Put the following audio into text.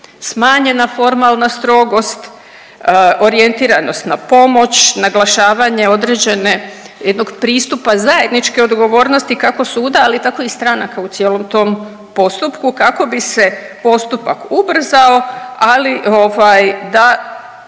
smanjena formalna strogost, orijentiranost na pomoć, naglašavanje određene jednog pristupa zajedničke odgovornosti kako suda, ali tako i stranaka u cijelom tom postupku kako bi se postupak ubrzao, ali da